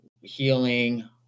healing